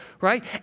right